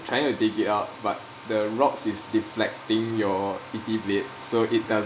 trying to dig it out but the rocks is deflecting your E_T blade so it doesn't